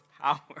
power